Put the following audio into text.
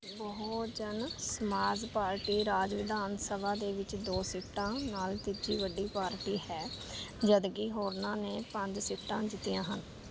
Bahujan Samaj party ਰਾਜ ਵਿਧਾਨ ਸਭਾ ਦੇ ਵਿੱਚ ਦੋ ਸੀਟਾਂ ਨਾਲ ਤੀਜੀ ਵੱਡੀ ਪਾਰਟੀ ਹੈ ਜਦ ਕਿ ਹੋਰਨਾਂ ਨੇ ਪੰਜ ਸੀਟਾਂ ਜਿੱਤੀਆਂ ਹਨ